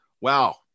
wow